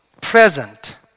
present